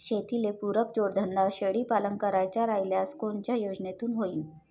शेतीले पुरक जोडधंदा शेळीपालन करायचा राह्यल्यास कोनच्या योजनेतून होईन?